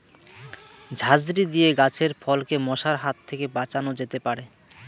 ঝাঁঝরি দিয়ে গাছের ফলকে মশার হাত থেকে বাঁচানো যেতে পারে?